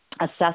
assess